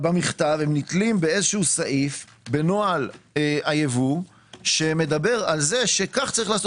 במכתב הם נתלים באיזשהו סעיף בנוהל הייבוא שמדבר על כך שיש לעשות,